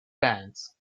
bends